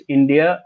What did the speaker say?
India